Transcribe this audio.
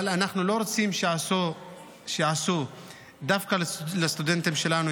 אבל אנחנו לא רוצים שיעשו דווקא לסטודנטים שלנו,